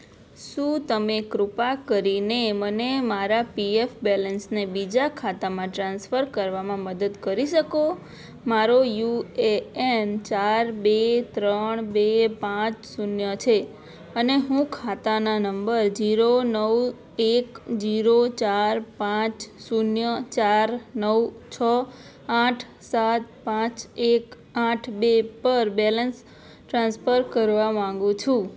શું તમે કૃપા કરીને મને મારા પીએફ બેલેન્સને બીજા ખાતામાં ટ્રાન્સફર કરવામાં મદદ કરી શકો મારો યુએએન ચાર બે ત્રણ બે પાંચ શૂન્ય છે અને હું ખાતાના નંબર ઝીરો નવ એક ઝીરો ચાર પાંચ શૂન્ય ચાર નવ છ આઠ સાત પાંચ એક આઠ બે પર બેલેન્સ ટ્રાન્સફર કરવા માંગુ છું